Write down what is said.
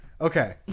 Okay